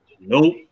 Nope